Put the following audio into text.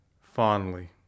fondly